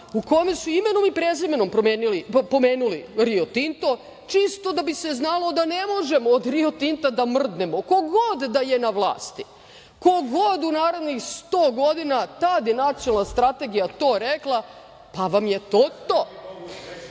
u kojoj su imenom i prezimenom pomenuli Rio Tinto, čisto da bi se znalo da ne možemo od Rio Tinta da mrdnemo, ko god da je na vlasti, ko god u narednih 100 godina ta je nacionalna strategija to rekla, pa vam je to